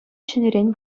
ҫӗнӗрен